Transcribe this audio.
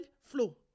flow